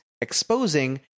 exposing